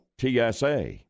TSA